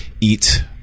eat